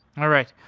all right.